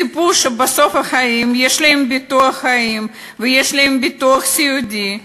ציפו שבסוף החיים יהיה להם ביטוח חיים ויהיה להם ביטוח סיעודי,